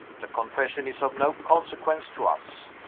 the confession is of no consequence to us.